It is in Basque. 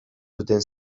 duten